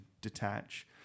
detach